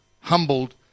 humbled